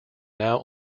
now